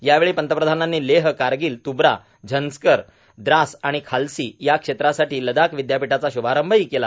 याचवेळी पंतप्रधानांनी लेह कारगील तुबरा झंन्सकर द्रास आणि खाल्सी या क्षेत्रासाठी लदाख विद्यापीठाचा श्भारंभही केला